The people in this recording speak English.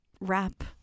rap